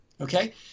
Okay